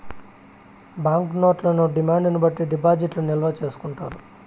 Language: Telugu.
బాంక్ నోట్లను డిమాండ్ బట్టి డిపాజిట్లు నిల్వ చేసుకుంటారు